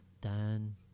Dan